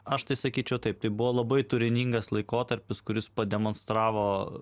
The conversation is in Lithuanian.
aš tai sakyčiau taip tai buvo labai turiningas laikotarpis kuris pademonstravo